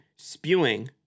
spewing